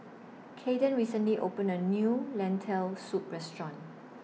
Caden recently opened A New Lentil Soup Restaurant